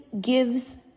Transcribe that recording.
gives